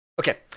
okay